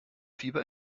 fieber